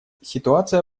ситуация